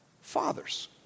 fathers